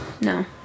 No